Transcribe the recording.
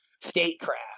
statecraft